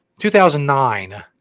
2009